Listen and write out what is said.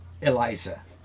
Eliza